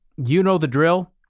you know the drill.